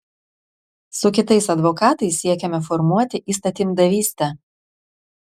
su kitais advokatais siekiame formuoti įstatymdavystę